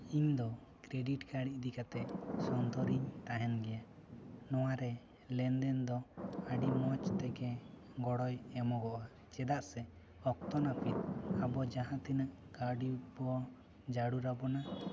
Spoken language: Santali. ᱤᱧ ᱫᱚ ᱠᱨᱮᱰᱤᱴ ᱠᱟᱨᱰ ᱤᱫᱤ ᱠᱟᱛᱮ ᱥᱚᱱᱛᱚᱨᱤᱧ ᱛᱟᱦᱮᱱ ᱜᱮᱭᱟ ᱱᱚᱣᱟ ᱨᱮ ᱞᱮᱱ ᱫᱮᱱ ᱫᱚ ᱟᱹᱰᱤ ᱢᱚᱡᱽ ᱛᱮᱜᱮ ᱜᱚᱲᱚᱭ ᱮᱢᱚᱜᱚᱜᱼᱟ ᱪᱮᱫᱟᱜ ᱥᱮ ᱚᱠᱛᱚ ᱱᱟᱹᱯᱤᱛ ᱟᱵᱚ ᱡᱟᱦᱟᱸ ᱛᱤᱱᱟᱹᱜ ᱠᱟᱹᱣᱰᱤ ᱵᱚᱱ ᱡᱟᱹᱨᱩᱲ ᱟᱵᱚᱱᱟ ᱩᱱᱟᱹᱜ ᱠᱟᱹᱣᱰᱤ ᱜᱮ ᱵᱚᱱ